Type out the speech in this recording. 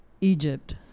Egypt